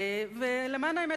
למען האמת,